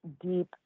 deep